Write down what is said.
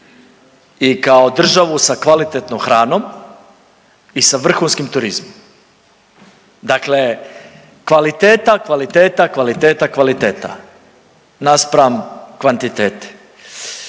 i kao državu sa kvalitetnom hranom i sa vrhunskim turizmom. Dakle, kvaliteta, kvaliteta, kvaliteta, kvaliteta naspram kvantitete.